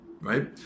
right